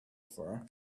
for